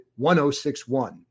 1061